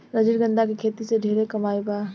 रजनीगंधा के खेती से ढेरे कमाई बा